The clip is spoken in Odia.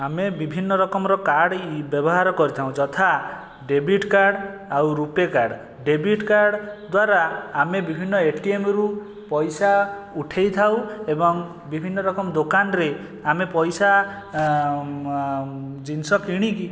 ଆମେ ବିଭିନ୍ନ ରକମର କାର୍ଡ଼ ବ୍ୟବହାର କରିଥାଉ ଯଥା ଡେବିଟ୍ କାର୍ଡ଼ ଆଉ ରୂପେ କାର୍ଡ଼ ଡେବିଟ୍ କାର୍ଡ଼ ଦ୍ଵାରା ଆମେ ବିଭିନ୍ନ ଏଟିଏମରୁ ପଇସା ଉଠେଇଥାଉ ଏବଂ ବିଭିନ୍ନ ରକମ ଦୋକାନରେ ଆମେ ପଇସା ଜିନିଷ କିଣି'କି